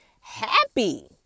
happy